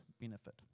benefit